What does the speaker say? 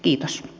kiitos